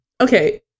Okay